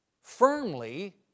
firmly